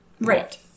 Right